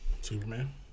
Superman